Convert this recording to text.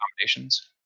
combinations